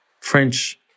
French